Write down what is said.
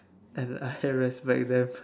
and I respect them